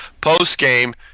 post-game